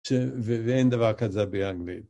ואין דבר כזה באנגלית.